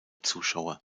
zuschauer